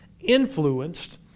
influenced